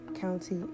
County